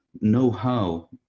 know-how